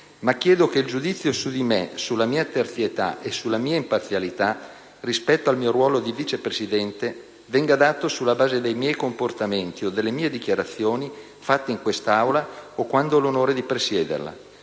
ma chiedo che il giudizio su di me, sulla mia terzietà e sulla mia imparzialità rispetto al mio ruolo di Vice Presidente venga dato sulla base dei miei comportamenti o delle mie dichiarazioni fatte in quest'Aula o quando ho l'onore di presiederla.